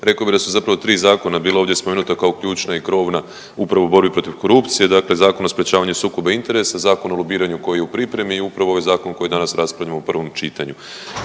rekao bih da su zapravo 3 zakona bila ovdje spomenuta kao ključna i krovna upravo u borbi protiv korupcije, dakle Zakon o sprječavanju sukoba interesa, Zakon o lobiranju koji je u pripremi i upravo ovaj zakon koji danas raspravljamo u prvom čitanju.